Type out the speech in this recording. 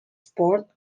sports